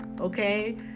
okay